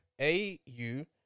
A-U